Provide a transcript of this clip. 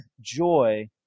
joy